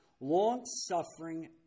long-suffering